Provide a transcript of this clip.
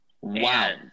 Wow